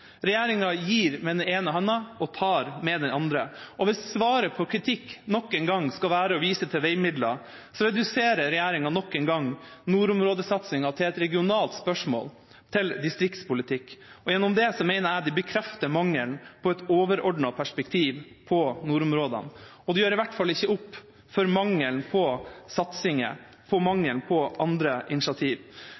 Regjeringa gir med den ene hånda og tar med den andre. Og hvis svaret på kritikk nok en gang skal være å vise til veimidler, reduserer regjeringa nok en gang nordområdesatsinga til et regionalt spørsmål og til distriktspolitikk. Det mener jeg bekrefter mangelen på et overordnet perspektiv på nordområdene, og det gjør i hvert fall ikke opp for mangelen på satsinger og mangelen på